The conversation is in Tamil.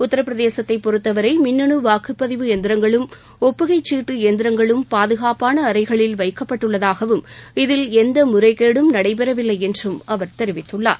உத்தரப்பிரதேசத்தைப் பொறுத்தவரை மின்னனு வாக்குப்பதிவு இயந்திரங்களும் ஒப்புகைச் சீட்டு இயந்திரங்களும் பாதுகாப்பான அறைகளில் வைக்கப்பட்டுள்ளதாகவும் இதில் எந்த முறைகேடும் நடைபெறவில்லை என்றும் அவர் தெரிவித்துள்ளார்